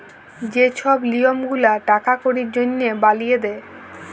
যে ছব লিয়ম গুলা টাকা কড়ির জনহে বালিয়ে দে